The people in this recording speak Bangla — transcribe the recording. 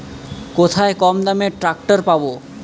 কোথায় কমদামে ট্রাকটার পাব?